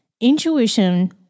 intuition